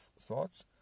thoughts